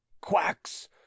quacks